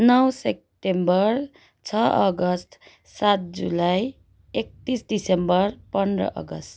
नौ सेप्टेम्बर छ अगस्त सात जुलाई एक्तिस डिसम्बर पन्ध्र अगस्त